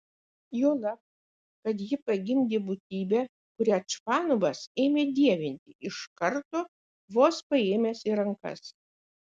juolab kad ji pagimdė būtybę kurią čvanovas ėmė dievinti iš karto vos paėmęs į rankas